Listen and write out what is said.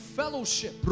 fellowship